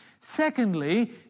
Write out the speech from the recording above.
Secondly